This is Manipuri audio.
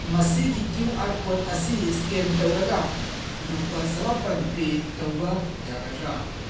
ꯃꯁꯤꯒꯤ ꯀ꯭ꯌꯨ ꯑꯥꯔ ꯀꯣꯠ ꯑꯁꯤ ꯏꯁꯀꯦꯟ ꯇꯧꯔꯒ ꯂꯨꯄꯥ ꯆꯝꯃꯥꯄꯟ ꯄꯦ ꯇꯧꯕ ꯌꯥꯒꯗ꯭ꯔꯥ